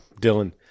Dylan